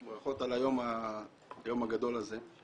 ברכות על היום הגדול הזה.